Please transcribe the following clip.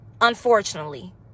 unfortunately